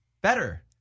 better